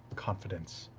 confidence,